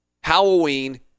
Halloween